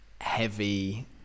heavy